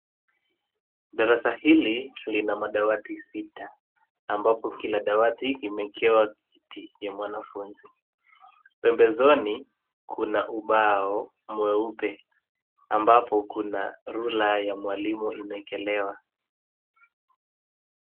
Darasa hili lina madawati sita ambapo kila dawati limewekewa kiti cha mwanafunzi. Pembezoni kuna ubao mweupe ambapo kuna rula ya mwalimu imeekelewa.